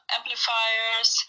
Amplifiers